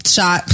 Shot